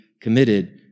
committed